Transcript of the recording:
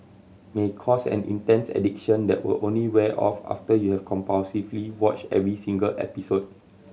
may cause an intense addiction that will only wear off after you have compulsively watched every single episode